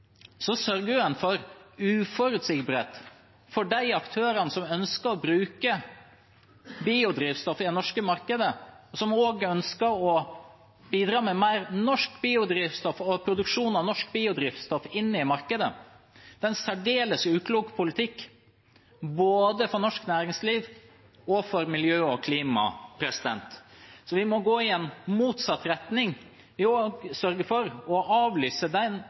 en for uforutsigbarhet for de aktørene som ønsker å bruke biodrivstoff i det norske markedet, som også ønsker å bidra med mer norsk biodrivstoff og produksjon av norsk biodrivstoff inn i markedet. Det er en særdeles uklok politikk, både for norsk næringsliv og for miljøet og klimaet. Vi må gå i motsatt retning og sørge for å avlyse den